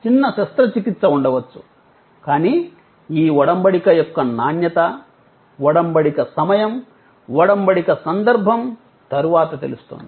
చిన్న శస్త్రచికిత్స ఉండవచ్చు కానీ ఈ వొడంబడిక యొక్క నాణ్యత వొడంబడిక సమయం వొడంబడిక సందర్భం తరువాత తెలుస్తుంది